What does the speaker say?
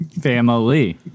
Family